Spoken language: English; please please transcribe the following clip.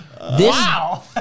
Wow